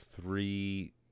three